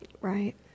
Right